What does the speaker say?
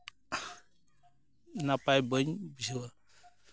ᱱᱟᱯᱟᱭ ᱵᱟᱹᱧ ᱵᱩᱡᱷᱟᱹᱣᱟ